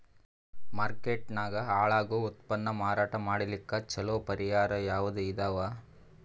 Market ನಾಗ ಹಾಳಾಗೋ ಉತ್ಪನ್ನ ಮಾರಾಟ ಮಾಡಲಿಕ್ಕ ಚಲೋ ಪರಿಹಾರ ಯಾವುದ್ ಇದಾವ?